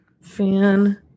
fan